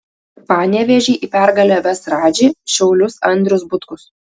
panevėžį į pergalę ves radži šiaulius andrius butkus